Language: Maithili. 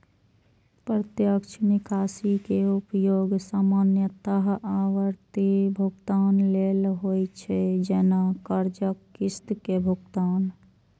प्रत्यक्ष निकासी के उपयोग सामान्यतः आवर्ती भुगतान लेल होइ छै, जैना कर्जक किस्त के भुगतान